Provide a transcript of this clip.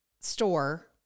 store